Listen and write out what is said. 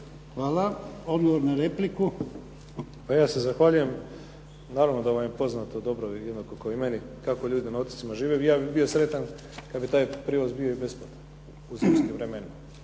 Frano (HDZ)** Pa ja se zahvaljujem. Naravno da vam je poznato dobro kao i meni kako ljudi na otocima žive. Ja bih bio sretan kada bi taj prijevoz bio i besplatan u zimskim vremenima.